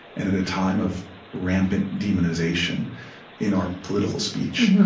and at a time of rampant demonization in our political speech,